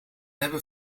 hebben